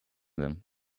them